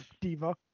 diva